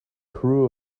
crew